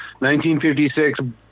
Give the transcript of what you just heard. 1956